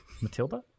Matilda